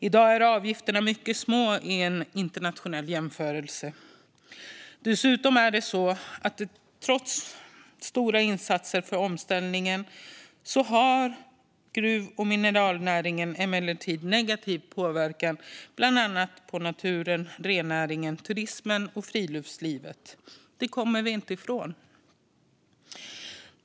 I dag är avgifterna mycket små i en internationell jämförelse. Vidare har gruv och mineralnäringen, trots stora insatser för omställningen, negativ påverkan på bland annat naturen, rennäringen, turismen och friluftslivet. Det kommer vi inte ifrån.